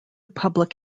public